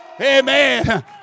Amen